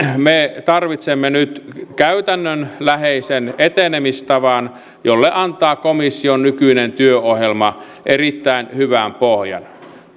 me tarvitsemme nyt käytännönläheisen etenemistavan jolle antaa komission nykyinen työohjelma erittäin hyvän pohjan